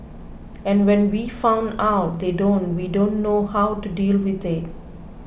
and when we found out they don't we don't know how to deal with it